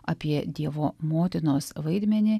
apie dievo motinos vaidmenį